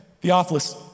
Theophilus